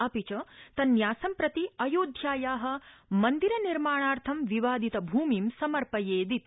अपि च तन्न्यासं प्रति अयोध्यायां मन्दिर निर्माणार्थं विवादित भूमिं समर्पयेदिति